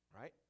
right